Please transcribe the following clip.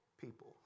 people